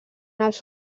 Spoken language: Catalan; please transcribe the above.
els